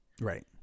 Right